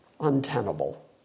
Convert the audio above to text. untenable